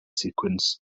sequence